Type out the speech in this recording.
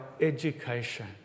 education